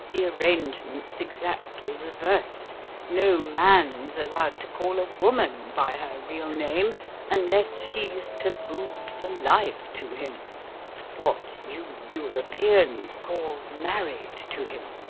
the arrangement's exactly reversed no man's allowed to call a woman by her real name unless she's tabooed for life to him what you europeans call married to him.